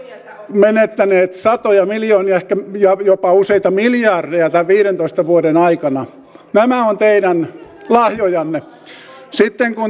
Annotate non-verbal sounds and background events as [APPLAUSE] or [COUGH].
menettäneet satoja miljoonia ehkä jopa useita miljardeja näiden viidentoista vuoden aikana nämä ovat teidän lahjojanne sitten kun [UNINTELLIGIBLE]